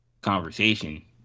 conversation